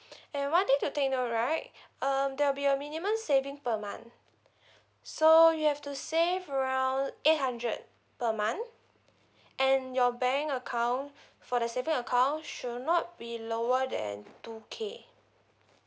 and one thing to take note right um there'll be a minimum saving per month so you have to save around eight hundred per month and your bank account for the saving account should not be lower than two K